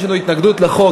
יש לנו התנגדות לחוק,